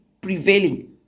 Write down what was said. prevailing